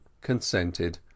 consented